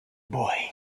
boy